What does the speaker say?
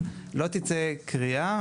אז לא תצא קריאה,